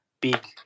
big